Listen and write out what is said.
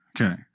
Okay